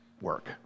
work